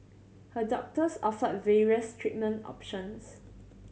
her doctors offered various treatment options